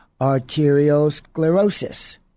arteriosclerosis